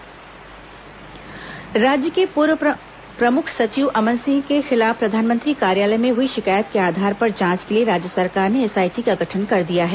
अमन Singh SIT जांच राज्य के पूर्व प्रमुख सचिव अमन सिंह के खिलाफ प्रधानमंत्री कार्यालय में हुई शिकायत के आधार पर जांच के लिए राज्य सरकार ने एसआईटी का गठन कर दिया है